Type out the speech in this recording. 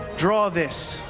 draw this.